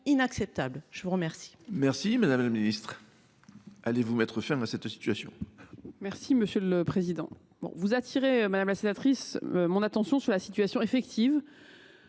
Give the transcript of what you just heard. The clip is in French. je vous remercie